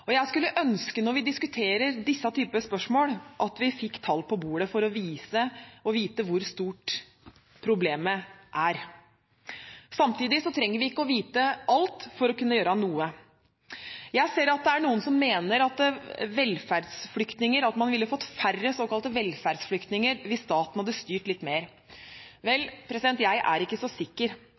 Jeg skulle ønske – når vi diskuterer denne typen spørsmål – at vi fikk tall på bordet for å vite hvor stort problemet er. Samtidig trenger vi ikke å vite alt for å kunne gjøre noe. Jeg ser at det er noen som mener at man ville fått færre såkalte «velferdsflyktninger» hvis staten hadde styrt litt mer. Jeg er ikke så sikker.